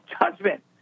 judgment